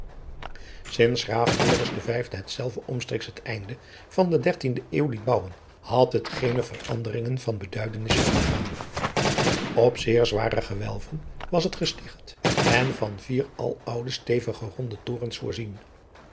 de vijfde hetzelve omstreeks het einde van de dertiende eeuw liet bouwen had het geene veranderingen van beduidenis ondergaan op zeer zware gewelven was het gesticht en van vier aloude stevige ronde torens voorzien